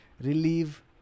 relieve